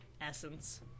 Essence